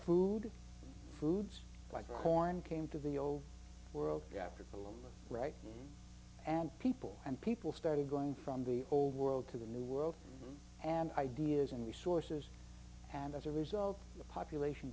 food foods like corn came to the old world after the world right and people and people started going from the old world to the new world and ideas and resources and as a result the population